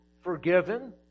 forgiven